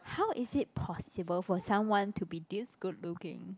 how is it possible for someone to be this good looking